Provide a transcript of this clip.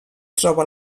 troba